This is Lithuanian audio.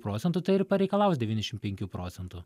procentų tai ir pareikalaus devyniašim penkių procentų